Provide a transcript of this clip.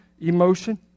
emotion